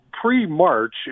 pre-March